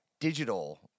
digital